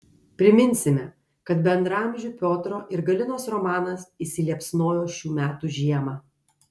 priminsime kad bendraamžių piotro ir galinos romanas įsiliepsnojo šių metų žiemą